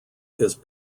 his